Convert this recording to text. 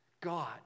God